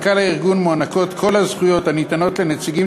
למנכ"ל הארגון מוענקות כל הזכויות הניתנות לנציגים